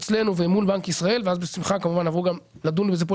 אצלנו ואל מול בנק ישראל ואז בשמחה כמובן נבוא גם לדון בזה פה,